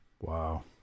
Wow